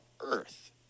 earth